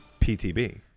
PTB